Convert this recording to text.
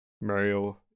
Mario